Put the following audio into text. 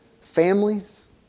families